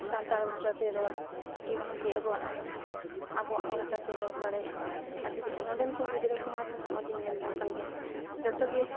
ᱥᱟᱱᱛᱟᱲ ᱵᱷᱟᱥᱟᱛᱮ ᱨᱚᱲᱟ ᱠᱤ ᱵᱟᱝᱠᱤ ᱟᱵᱚᱣᱟᱜ ᱟᱵᱚᱣᱟᱜ ᱵᱷᱟᱥᱟᱛᱮ ᱨᱚᱲ ᱫᱟᱲᱮᱭᱟᱜᱼᱟ ᱟᱨ ᱡᱚᱫᱤ ᱱᱚᱸᱰᱮᱱ ᱠᱚ ᱜᱤᱫᱽᱨᱟᱹ ᱠᱚᱢᱟ ᱱᱚᱜᱼᱚᱭ ᱞᱤᱧ ᱧᱮᱞᱡᱚᱝ ᱠᱟᱱᱜᱮᱭᱟ ᱡᱚᱛᱚᱜᱮ